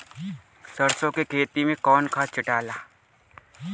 सरसो के खेती मे कौन खाद छिटाला?